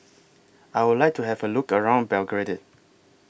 I Would like to Have A Look around Belgrade